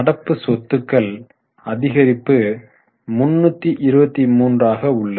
நடப்பு சொத்துக்கள் அதிகரிப்பு 323 ஆக உள்ளது